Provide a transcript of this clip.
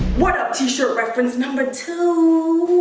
what up, t-shirt reference number two?